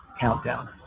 countdown